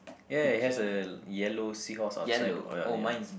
ya it has a yellow seahorse outside oh ya yellow